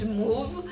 move